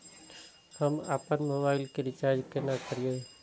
हम आपन मोबाइल के रिचार्ज केना करिए?